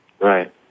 Right